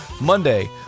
Monday